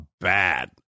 bad